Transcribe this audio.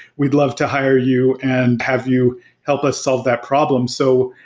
we'd love to hire you and have you help us solve that problem. so,